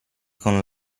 con